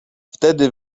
wtedy